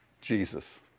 Jesus